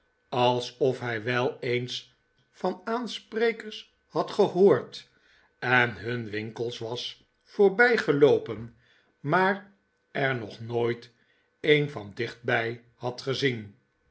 alsof hij wel eens van aansprekers had gehoord en hun winkels was voorbijgeloopen maar er nog nooit een van dichtbij had gezien